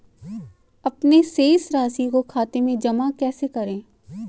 अपने शेष राशि को खाते में जमा कैसे करें?